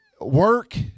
work